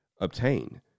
obtain